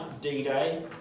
D-Day